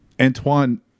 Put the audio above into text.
Antoine